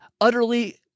utterly